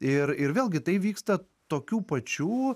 ir ir vėlgi tai vyksta tokių pačių